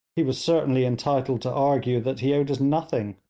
he was certainly entitled to argue that he owed us nothing,